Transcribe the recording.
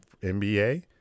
NBA